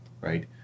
right